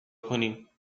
کنیم